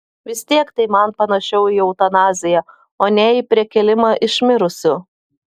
vis tiek tai man panašiau į eutanaziją o ne į prikėlimą iš mirusių